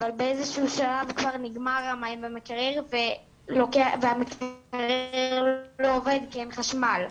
אבל באיזשהו שלב כבר נגמר המים במקרר והמקרר לא עובד כי אין חשמל,